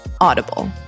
Audible